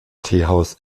teehaus